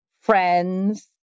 friends